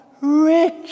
rich